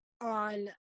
on